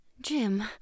Jim